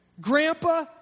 Grandpa